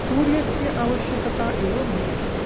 सूर्यस्य अवश्यकता एव भवति